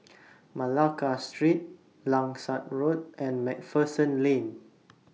Malacca Street Langsat Road and MacPherson Lane